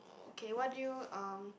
okay what do you uh